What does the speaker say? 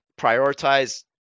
prioritize